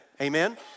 Amen